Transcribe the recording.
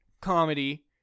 comedy